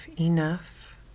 enough